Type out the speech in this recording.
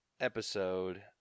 episode